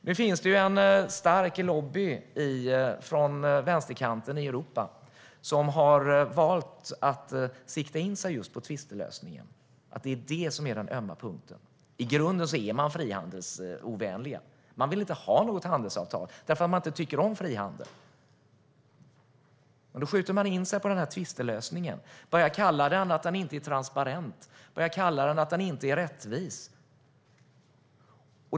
Nu finns det en stark lobby från vänsterkanten i Europa som har valt att sikta in sig just på tvistlösningen och att det är den som är den ömma punkten. I grunden är man frihandelsovänlig. Man vill inte ha något handelsavtal, för man tycker inte om frihandel. Därför skjuter man in sig på tvistlösningen och börjar säga att den inte är transparent och inte rättvis.